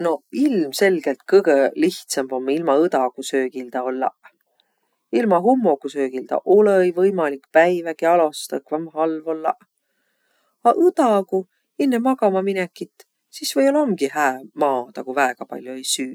Noq ilmselgelt kõgõ lihtsämb om ilma õdagusöögildäq ollaq. Ilma hummogusöögildaq olõ-i võimalik päivägiq alostaq, õkva om halv ollaq. Aq õdagu inne magamaminekit, sis või-ollaq omgi hää maadaq, ku väega pall'o ei süüq.